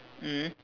mm